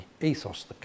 ethos